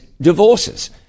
divorces